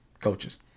coaches